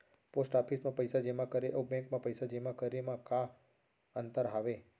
post office मा पइसा जेमा करे अऊ बैंक मा पइसा जेमा करे मा का अंतर हावे